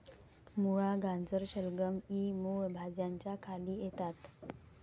मुळा, गाजर, शलगम इ मूळ भाज्यांच्या खाली येतात